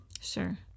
Sure